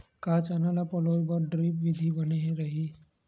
का चना ल पलोय बर ड्रिप विधी बने रही?